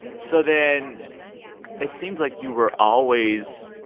so then it seems like you were always,